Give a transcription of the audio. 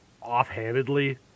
offhandedly